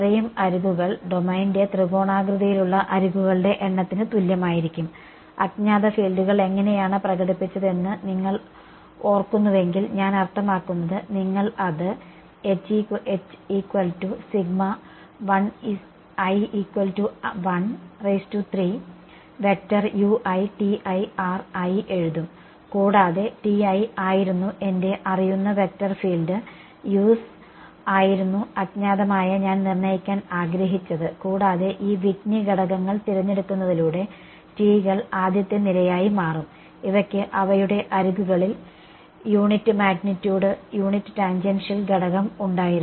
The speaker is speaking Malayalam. അത്രയും അരികുകൾ ഡൊമെയ്നിന്റെ ത്രികോണാകൃതിയിലുള്ള അരികുകളുടെ എണ്ണത്തിന് തുല്യമായിരിക്കും അജ്ഞാത ഫീൽഡുകൾ എങ്ങനെയാണ് പ്രകടിപ്പിച്ചതെന്ന് നിങ്ങൾ ഓർക്കുന്നുവെങ്കിൽ ഞാൻ അർത്ഥമാക്കുന്നത് നിങ്ങൾ അത് ആയി എഴുതും കൂടാതെ ആയിരുന്നു എന്റെ അറിയുന്ന വെക്റ്റർ ഫീൽഡ് us ആയിരുന്നു അജ്ഞാതമായ ഞാൻ നിർണ്ണയിക്കാൻ ആഗ്രഹിച്ചത് കൂടാതെ ഈ വിറ്റ്നി ഘടകങ്ങൾ തിരഞ്ഞെടുത്തതിലൂടെ T കൾ ആദ്യത്തെ നിരയായി മാറും ഇവയ്ക്ക് അവയുടെ അരികുകളിൽ യൂണിറ്റ് മാഗ്നിറ്റ്യൂഡ് യൂണിറ്റ് ടാൻജൻഷ്യൽ ഘടകം ഉണ്ടായിരുന്നു